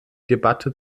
debatte